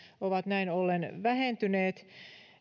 ovat vähentyneet